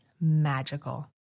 magical